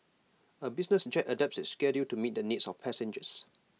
A business jet adapts its schedule to meet the needs of passengers